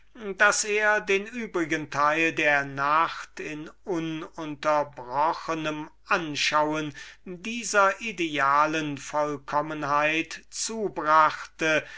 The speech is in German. daß er den übrigen teil der nacht in ununterbrochenem anschauen dieser idealen vollkommenheit zubrachte